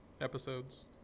episodes